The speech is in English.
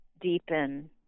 deepen